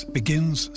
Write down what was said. begins